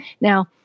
Now